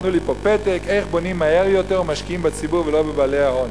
נתנו לי פתק: איך בונים מהר יותר ומשקיעים בציבור ולא בבעלי ההון.